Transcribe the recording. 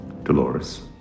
Dolores